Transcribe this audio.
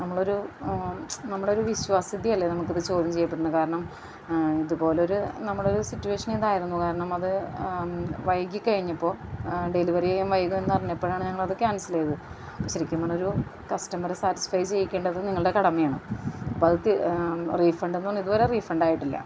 നമ്മളൊരു നമ്മളൊരു വിശ്വാസ്യതയല്ലേ നമുക്കിത് ചോദ്യം ചെയ്യപ്പടുന്നത് കാരണം ഇതുപോലൊരു നമ്മളൊരു സിറ്റുവേഷനിതായിരുന്നു കാരണം അത് വൈകി കഴിഞ്ഞപ്പോൾ ഡെലിവറി ചെയ്യാൻ വൈകുന്നറിഞ്ഞപ്പളാണ് ഞങ്ങളത് ക്യാൻസല് ചെയ്തത് ശരിക്കും പറഞ്ഞാൽ ഒരു കസ്റ്റമറെ സാറ്റിസ്ഫയ് ചെയ്യിക്കേണ്ടത് നിങ്ങളുടെ കടമയാണ് അപ്പം അത് റിഫണ്ടെന്ന് പറഞ്ഞാൽ ഇത് വരെ റിഫണ്ടായിട്ടില്ല